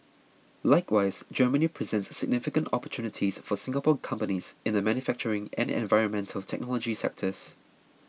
likewise Germany presents significant opportunities for Singapore companies in the manufacturing and environmental technology sectors